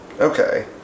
Okay